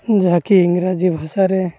ଯାହାକି ଇଂରାଜୀ ଭାଷାରେ